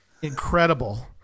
incredible